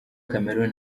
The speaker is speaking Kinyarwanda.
cameroun